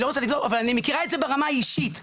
אני מכירה את זה ברמה האישית,